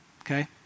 Okay